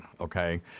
okay